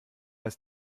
ist